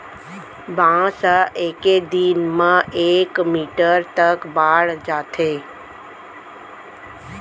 बांस ह एके दिन म एक मीटर तक बाड़ जाथे